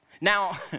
Now